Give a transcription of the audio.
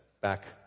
back